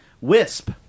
Wisp